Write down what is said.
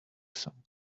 some